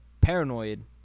paranoid